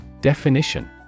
Definition